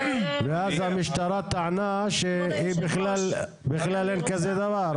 ואז המשטרה טענה שהיא בכלל, בכלל אין כזה דבר.